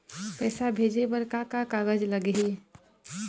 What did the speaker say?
पैसा भेजे बर का का कागज लगही?